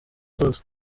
zose